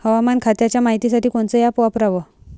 हवामान खात्याच्या मायतीसाठी कोनचं ॲप वापराव?